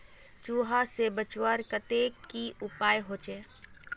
चूहा से बचवार केते की उपाय होचे?